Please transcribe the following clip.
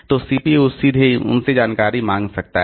तो सीपीयू सीधे उनसे जानकारी मांग सकता है